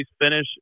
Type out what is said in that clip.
finish